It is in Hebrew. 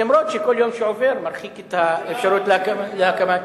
אף-על-פי שכל יום שעובר מרחיק את האפשרות להקמת,